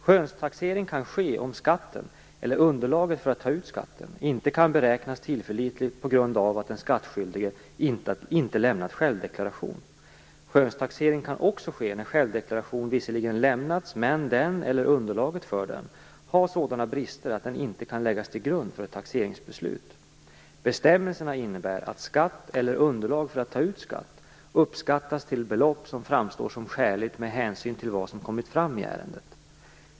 Skönstaxering kan ske om skatten, eller underlaget för att ta ut skatten, inte kan beräknas tillförlitligt på grund av att den skattskyldige inte lämnat självdeklaration. Skönstaxering kan också ske när självdeklaration visserligen lämnats men den, eller underlaget för den, har sådana brister att den inte kan läggas till grund för ett taxeringsbeslut. Bestämmelserna innebär att skatt eller underlag för att ta ut skatt uppskattas till belopp som framstår som skäligt med hänsyn till vad som kommit fram i ärendet.